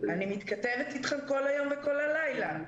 אני מתכתבת איתכם כל היום וכל הלילה.